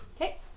Okay